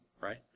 right